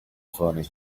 funny